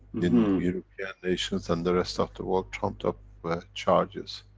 in the european nations and the rest of the world, trumped up but charges.